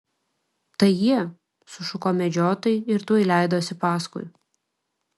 tai jie sušuko medžiotojai ir tuoj leidosi paskui